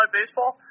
baseball